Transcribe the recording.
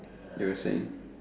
you were saying